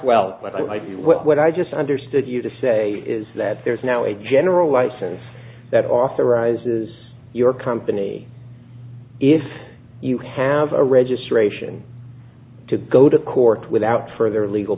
well what i just understood you to say is that there's now a general license that authorizes your company if you have a registration to go to court without further legal